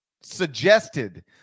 suggested